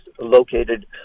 located